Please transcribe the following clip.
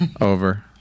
Over